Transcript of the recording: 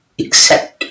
accept